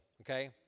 okay